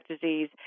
disease